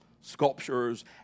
sculptures